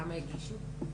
כמה הגישו?